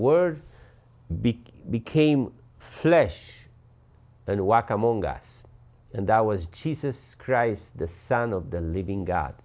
big became flesh and walk among us and that was jesus christ the son of the living god